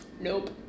nope